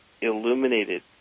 illuminated